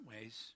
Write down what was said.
ways